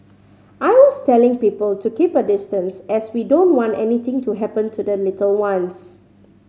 I was telling people to keep a distance as we don't want anything to happen to the little ones